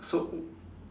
so